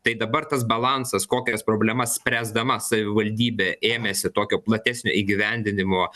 tai dabar tas balansas kokias problemas spręsdama savivaldybė ėmėsi tokio platesnio įgyvendinimo